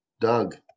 Doug